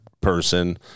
person